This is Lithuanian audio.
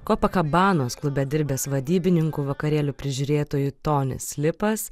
klube dirbęs vadybininku vakarėlių prižiūrėtojui tonis slipas